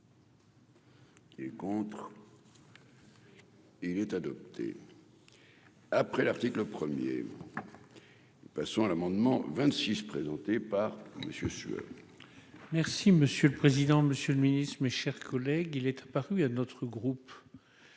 Et contre. Et il est adopté, après l'article 1er, passons à l'amendement 26 présenté par monsieur